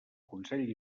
consell